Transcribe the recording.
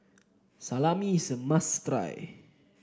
salami is a must